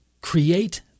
create